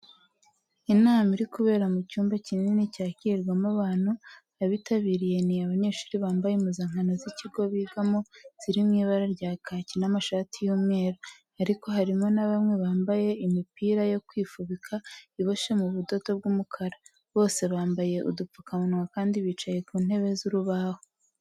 Inama iri kubera mu cyumba kinini cyakirirwamo abantu. Abayitabiriye ni abanyeshuri bambaye impuzankano z’ikigo bigamo ziri mu ibara rya kaki n'amashati y'umweru, ariko harimo na bamwe bambaye imipira yo kwifubika iboshye mu budodo bw'umukara. Bose bambaye udupfukamunwa kandi bicaye ku ntebe z'urubaho.